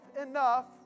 enough